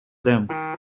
them